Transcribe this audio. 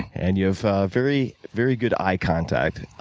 and you have very very good eye contact.